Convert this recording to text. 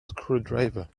screwdriver